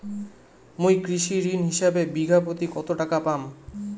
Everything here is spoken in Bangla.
মুই কৃষি ঋণ হিসাবে বিঘা প্রতি কতো টাকা পাম?